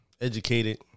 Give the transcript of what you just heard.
Educated